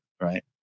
Right